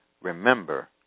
remember